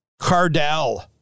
Cardell